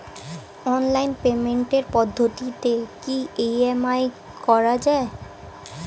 Online পেমেন্টের পদ্ধতিতে কি ই.এম.আই করা যায়?